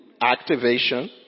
activation